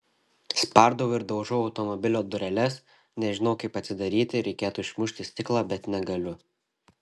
spardau ir daužau automobilio dureles nežinau kaip atidaryti reikėtų išmušti stiklą bet negaliu